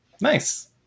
Nice